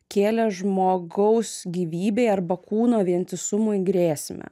kėlė žmogaus gyvybei arba kūno vientisumui grėsmę